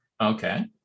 Okay